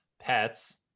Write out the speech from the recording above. pets